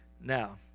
Now